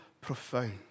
profound